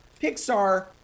Pixar